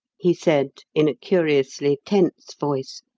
he said, in a curiously tense voice,